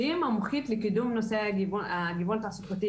שהיא בעצם מומחית לקידום נושא הגיוון התעסוקתי,